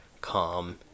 calm